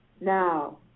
now